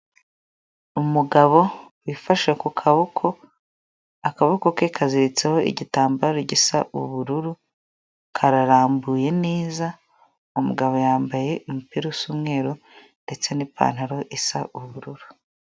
Umugabo wifashe ku kaboko; akaboko ke kaziziritseho igitambaro gisa ubururu kararambuye neza umugabo yambaye imppiru z'umweruru ndetse n'ipantaro isa ubururu.